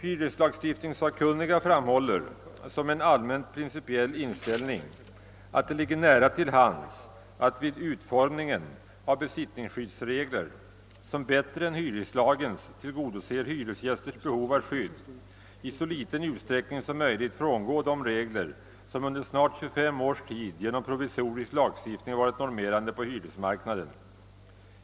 Hyreslagstiftningssakkunniga = framhåller som en allmänt principiell inställning »att det ligger nära till hands att vid utformningen av besittningsskyddsregler, som bättre än hyreslagens tillgodoser hyresgästens behov av skydd, i så liten utsträckning som möjligt frångå de regler som under snart 25 års tid genom provisorisk lagstiftning varit normerande för parterna på hyresmarknaden.